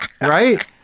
right